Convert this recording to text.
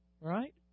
right